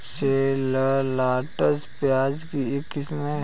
shallots, प्याज की एक किस्म है